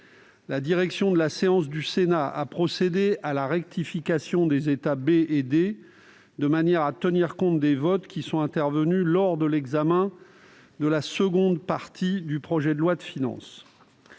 La direction de la séance du Sénat a procédé à la rectification des états B et D, de manière à tenir compte des votes qui sont intervenus lors de l'examen de la seconde partie du projet de loi de finances.